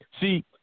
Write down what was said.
See